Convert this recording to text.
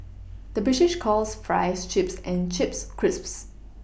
the British calls Fries Chips and Chips Crisps